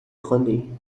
خاندایی